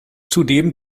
zudem